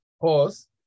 Pause